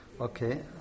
Okay